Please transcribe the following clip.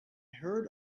heard